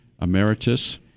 Emeritus